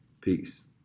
Peace